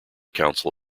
council